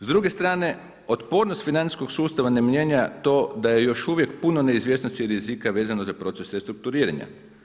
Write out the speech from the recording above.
S druge strane, otpornost financijskog sustava ne mijenja to da je još uvijek puno neizvjesnosti i rizika vezano za proces restrukturiranja.